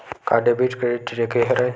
का debit credit एके हरय?